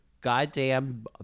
goddamn